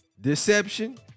Deception